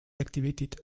activated